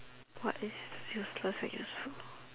what is useless and useful